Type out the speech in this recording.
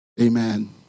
Amen